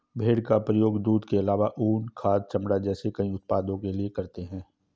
भेड़ का प्रयोग दूध के आलावा ऊन, खाद, चमड़ा जैसे कई उत्पादों के लिए करते है